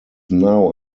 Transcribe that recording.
now